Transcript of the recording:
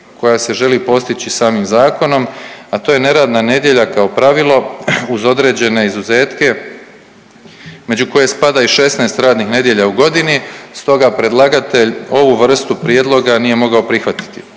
koja se želi postići samim zakonom, a to je neradna nedjelja kao pravilo uz određene izuzetke među koje spada i 16 radnih nedjelja u godini stoga predlagatelj ovu vrstu prijedloga nije mogao prihvatiti.